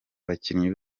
bakinnyi